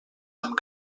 amb